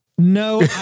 No